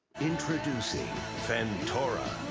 introducing fentora,